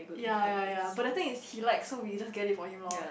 ya ya ya but the thing is he like so we just get it for him loh